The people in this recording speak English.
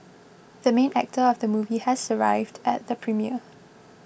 the main actor of the movie has arrived at the premiere